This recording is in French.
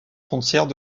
frontières